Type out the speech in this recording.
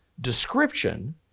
description